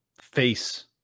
face